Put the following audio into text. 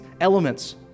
elements